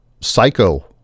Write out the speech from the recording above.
Psycho